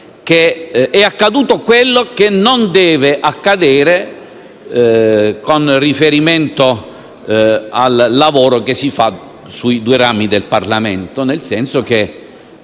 - è accaduto quello che non dovrebbe accadere con riferimento al lavoro che devono svolgere i due rami del Parlamento, nel senso che